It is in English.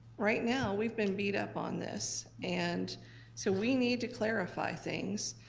right now, we've been beat up on this, and so we need to clarify things.